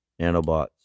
Nanobots